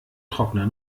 trockner